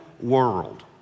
world